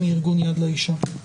מארגון "יד לאישה".